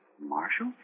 Marshall